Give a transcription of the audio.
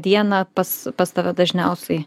dieną pas pas tave dažniausiai